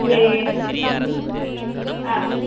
அது ஆ